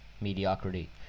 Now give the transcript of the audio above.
mediocrity